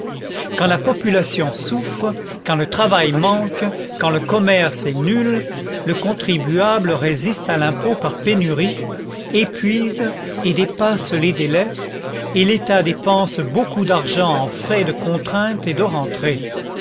quand la population souffre quand le travail manque quand le commerce est nul le contribuable résiste à l'impôt par pénurie épuise et dépasse les délais et l'état dépense beaucoup d'argent en frais de contrainte et de rentrée